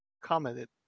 commented